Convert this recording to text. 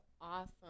awesome